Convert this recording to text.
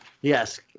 Yes